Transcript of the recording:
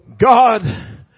God